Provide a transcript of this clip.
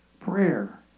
prayer